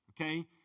okay